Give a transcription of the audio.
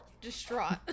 Distraught